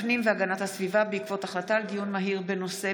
הפנים והגנת הסביבה בעקבות דיון מהיר בהצעתם של